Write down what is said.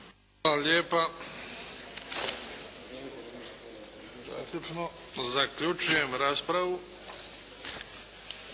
Hvala lijepa. Zaključujem raspravu.